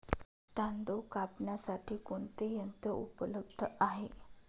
तांदूळ कापण्यासाठी कोणते यंत्र उपलब्ध आहे?